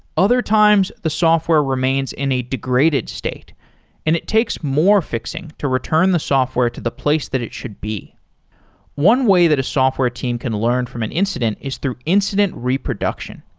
other times, the software remains in a degraded state and it takes more fixing to return the software to the place that it should be one way that a software team can learn from an incident is through incident reproduction.